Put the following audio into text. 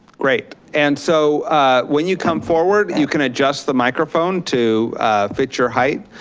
great, and so when you come forward, you can adjust the microphone to fit your height,